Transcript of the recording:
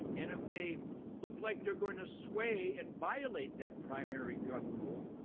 and if they look like they're going to sway and violate that primary gun rule,